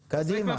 לא.